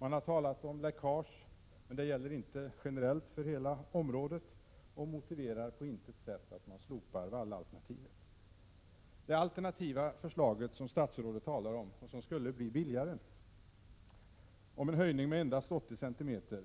Man har talat om läckage, men det gäller inte generellt för hela området och motiverar på intet sätt att man slopar vallalternativet. Det alternativa förslag som statsrådet talar om och som skulle bli billigare och gälla en höjning med endast 80 centimeter